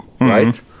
right